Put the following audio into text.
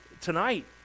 tonight